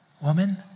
Woman